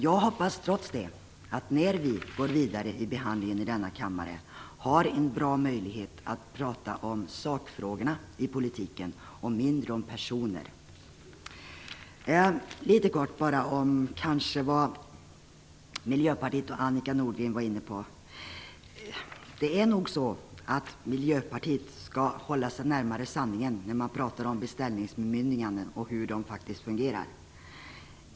Jag hoppas trots det att vi har en bra möjlighet att prata om sakfrågorna i politiken och mindre om personer när vi går vidare i behandlingen i denna kammare. Jag vill också litet kort kommentera det Miljöpartiet och Annika Nordgren var inne på. Miljöpartiet skall nog hålla sig närmare sanningen när man pratar om beställningsbemyndiganden och hur de faktiskt fungerar.